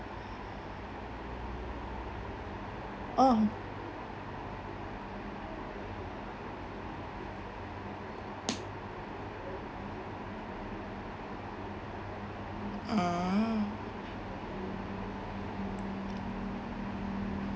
oh ah